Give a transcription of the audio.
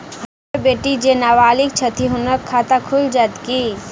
हम्मर बेटी जेँ नबालिग छथि हुनक खाता खुलि जाइत की?